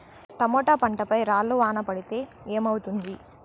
Tomato పంట పై రాళ్లు వాన పడితే ఏమవుతుంది?